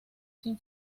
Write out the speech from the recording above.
sin